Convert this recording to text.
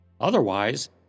Otherwise